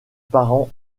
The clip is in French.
parents